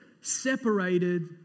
Separated